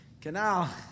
Canal